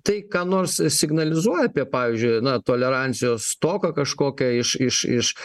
tai ką nors signalizuoja apie pavyzdžiui tolerancijos stoką kažkokia iš iš iš